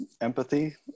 empathy